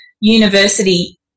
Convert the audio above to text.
university